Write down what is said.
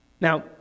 Now